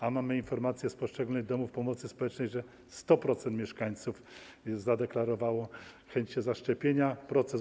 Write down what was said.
A mamy informacje z poszczególnych domów pomocy społecznej, że 100% mieszkańców zadeklarowało chęć zaszczepienia się.